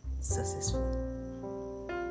successful